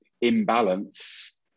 imbalance